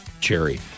cherry